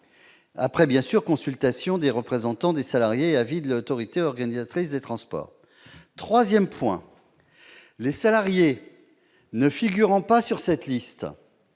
après consultation des représentants des salariés et avis de l'autorité organisatrice de transport. Troisième étape, les salariés ne figurant pas sur cette liste